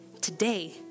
today